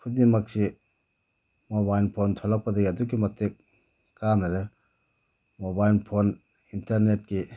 ꯈꯨꯗꯤꯡꯃꯛꯁꯤ mobile phone ꯊꯣꯂꯛꯄꯗꯒꯤ ꯑꯗꯨꯛꯀꯤ ꯃꯇꯤꯛ ꯀꯥꯟꯅꯔꯦ ꯃꯣꯕꯥꯏꯜ ꯐꯣꯟ ꯏꯟꯇꯔꯅꯦꯠꯀꯤ